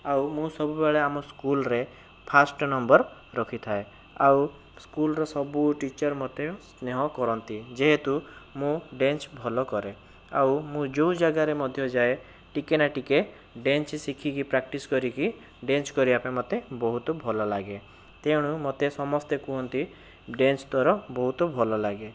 ଆଉ ମୁଁ ସବୁବେଳେ ଆମ ସ୍କୁଲରେ ଫାଷ୍ଟ ନମ୍ବର ରଖିଥାଏ ଆଉ ସ୍କୁଲର ସବୁ ଟିଚର ମୋତେ ସ୍ନେହ କରନ୍ତି ଯେହେତୁ ମୁଁ ଡ଼୍ୟାନ୍ସ ଭଲ କରେ ଆଉ ମୁଁ ଯେଉଁ ଜାଗାରେ ମଧ୍ୟ ଯାଏ ଟିକେ ନା ଟିକେ ଡ଼୍ୟାନ୍ସ ଶିଖିକି ପ୍ରାକ୍ଟିସ କରିକି ଡ଼୍ୟାନ୍ସ କରିବା ପାଇଁ ମୋତେ ବହୁତ ଭଲ ଲାଗେ ତେଣୁ ମୋତେ ସମସ୍ତେ କୁହନ୍ତି ଡ଼୍ୟାନ୍ସ ତୋର ବହୁତ ଭଲ ଲାଗେ